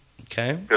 Okay